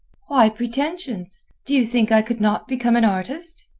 why pretensions? do you think i could not become an artist?